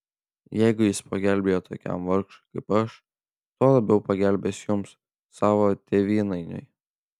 jeigu jis pagelbėjo tokiam vargšui kaip aš tuo labiau pagelbės jums savo tėvynainiui